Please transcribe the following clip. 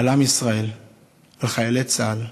על עם ישראל וחיילי צה"ל,